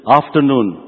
afternoon